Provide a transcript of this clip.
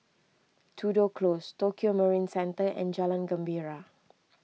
Tudor Close Tokio Marine Centre and Jalan Gembira